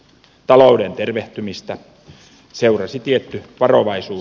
talouden tervehtymistä seurasi tietty varovaisuus